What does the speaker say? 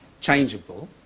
changeable